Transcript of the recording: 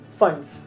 funds